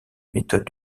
méthodes